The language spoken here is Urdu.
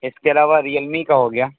اس کے علاوہ ریئل می کا ہو گیا